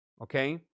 Okay